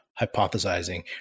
hypothesizing